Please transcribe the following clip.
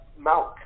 Malk